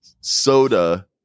soda